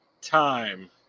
time